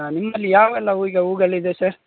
ಹಾಂ ನಿಮ್ಮಲ್ಲಿ ಯಾವೆಲ್ಲ ಹುಯ್ಗ ಹೂಗಳಿದೆ ಸರ್